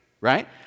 right